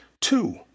Two